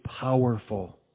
powerful